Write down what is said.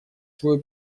свою